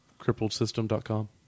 Crippledsystem.com